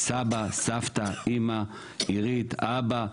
סבא, סבתא, אמא, אירית, אבא,